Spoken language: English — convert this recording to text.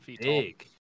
big